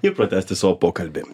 ir pratęsti savo pokalbį